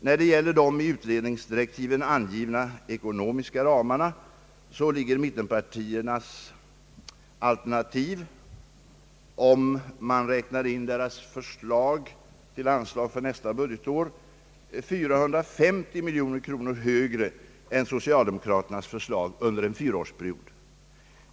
När det gäller de i direktiven angivna ekonomiska ramarna ligger mittenpartiernas alternativ, om man räknar in deras anslagskrav för nästa budgetår, 450 miljoner kronor högre än socialdemokraternas förslag under en fyraårsperiod.